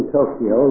Tokyo